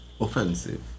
offensive